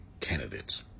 candidates